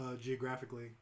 geographically